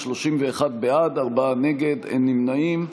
31 בעד, ארבעה נגד, אין נמנעים.